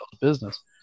business